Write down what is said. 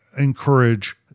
encourage